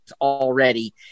already